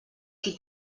qui